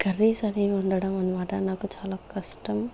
curries అనేది వండడం అన్నమాట నాకు చాలా కష్టం